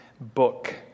book